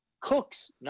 cooks